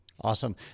Awesome